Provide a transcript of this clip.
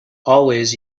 always